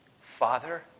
Father